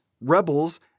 Rebels